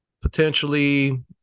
potentially –